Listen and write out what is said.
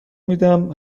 میدم